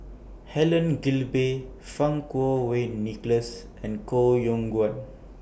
Helen Gilbey Fang Kuo Wei Nicholas and Koh Yong Guan